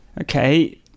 okay